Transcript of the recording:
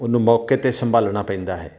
ਉਹਨੂੰ ਮੌਕੇ 'ਤੇ ਸੰਭਾਲਣਾ ਪੈਂਦਾ ਹੈ